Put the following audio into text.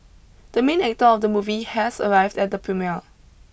the main actor of the movie has arrived at the premiere